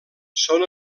són